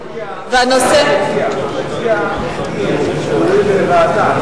המציע הסכים לוועדה,